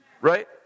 right